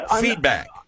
Feedback